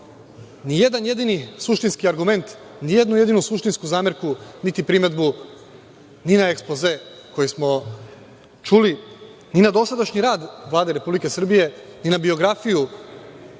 nijedan jedini suštinski argument, nijednu jedinu suštinsku zamerku, niti primedbu ni na ekspoze koji smo čuli, ni na dosadašnji rad Vlade Republike Srbije, ni na biografiju